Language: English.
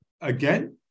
Again